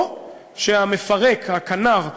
או שהמפרק, הכנ"ר,